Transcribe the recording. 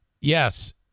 Yes